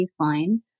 Baseline